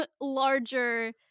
larger